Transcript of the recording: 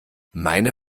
meine